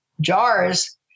jars